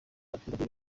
abaturage